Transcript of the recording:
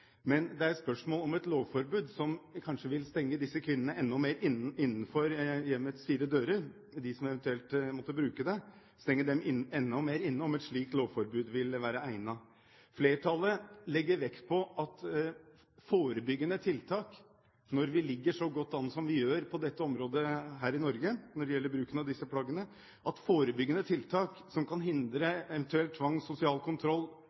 Men det er spørsmål om et lovforbud som kanskje vil stenge de kvinnene som eventuelt måtte bruke det, enda mer inne innenfor hjemmets fire vegger, vil være egnet. Flertallet legger vekt på at forebyggende tiltak som kan hindre eventuell tvang, sosial kontroll og undertrykking på dette feltet, når vi ligger så godt an som vi gjør på dette området her i Norge når det gjelder bruken av disse plaggene, er langt viktigere – forebyggende tiltak og samarbeid med de miljøene hvor det kan